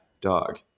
dog